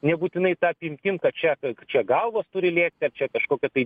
nebūtinai ta apimtim čia kad čia galvos turi lėkti ar čia kažkokia tai